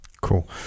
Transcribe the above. Cool